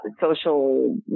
social